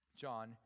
John